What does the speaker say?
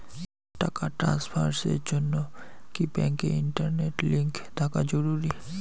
টাকা ট্রানস্ফারস এর জন্য কি ব্যাংকে ইন্টারনেট লিংঙ্ক থাকা জরুরি?